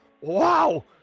Wow